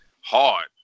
hard